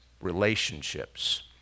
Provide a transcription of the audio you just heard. relationships